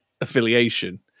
affiliation